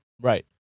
Right